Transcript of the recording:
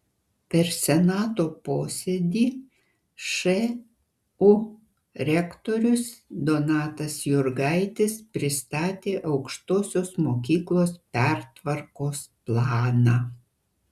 per senato posėdį šu rektorius donatas jurgaitis pristatė aukštosios mokyklos pertvarkos planą